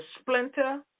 splinter